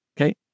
Okay